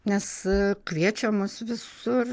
nes kviečiamos visur